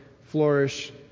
flourish